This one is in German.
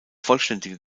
vollständige